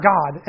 God